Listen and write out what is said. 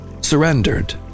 surrendered